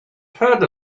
heard